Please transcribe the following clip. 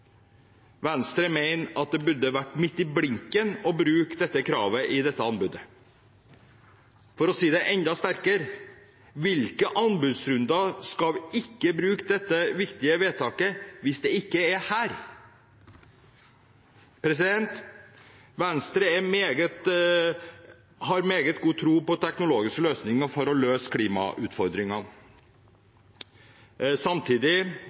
Venstre mener at det burde vært midt i blinken å bruke det kravet i dette anbudet. For å si det enda sterkere: I hvilke anbudsrunder skal en ikke bruke dette viktige vedtaket hvis ikke her? Venstre har meget god tro på teknologiske løsninger for å løse klimautfordringene. Samtidig